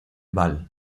val